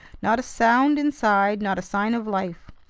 not a sound inside, not a sign of life.